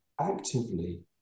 actively